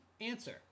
answer